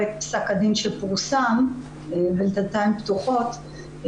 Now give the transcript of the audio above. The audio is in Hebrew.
את פסק הדין שפורסם בדלתיים פתוחות,